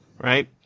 right